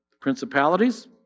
Principalities